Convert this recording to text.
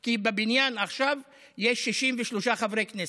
כי בבניין יש עכשיו 63 חברי כנסת.